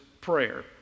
prayer